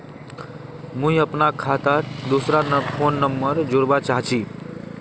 मुई अपना खाता डात दूसरा फोन नंबर जोड़वा चाहची?